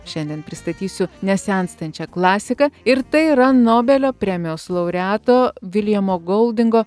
šiandien pristatysiu nesenstančią klasiką ir tai yra nobelio premijos laureato viljamo goldingo